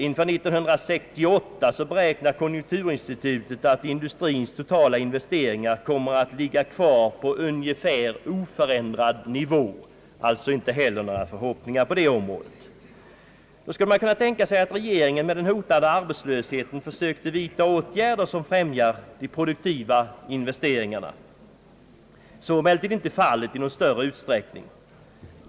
Inför 1968 beräknade konjunkturinstitutet att industrins totala investeringar kommer att ligga kvar på ungefär oförändrad nivå. Då skulle man kunna tänka sig att regeringen med den hotande arbetslösheten försökte vidtaga åtgärder som främjar de produktiva investeringarna. Så är emellertid inte fallet i någon större utsträckning.